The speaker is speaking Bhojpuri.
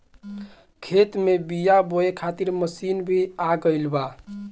खेत में बीआ बोए खातिर मशीन भी आ गईल बा